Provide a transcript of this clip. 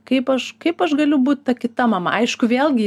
kaip aš kaip aš galiu būt ta kita mama aišku vėlgi